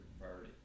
priority